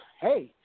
hey